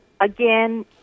again